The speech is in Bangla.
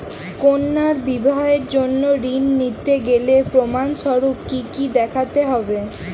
কন্যার বিবাহের জন্য ঋণ নিতে গেলে প্রমাণ স্বরূপ কী কী দেখাতে হবে?